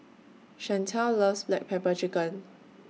Chantel loves Black Pepper Chicken